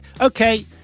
okay